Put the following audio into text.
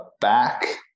back